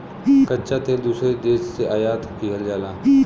कच्चा तेल दूसरे देश से आयात किहल जाला